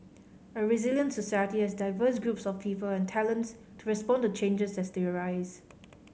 a resilient society has diverse groups of people and talents to respond to changes as they arise